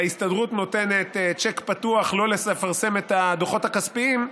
נותנת להסתדרות צ'ק פתוח לא לפרסם את הדוחות הכספיים,